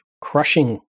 crushing